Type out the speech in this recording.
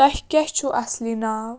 تۄہہِ کیٛاہ چھُو اَصلی ناو